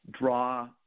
draw